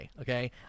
okay